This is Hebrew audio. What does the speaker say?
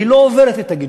והיא לא עוברת את הגידול.